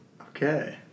Okay